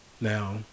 Now